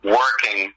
working